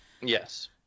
Yes